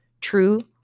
True